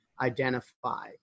identify